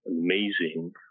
amazing